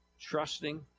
trusting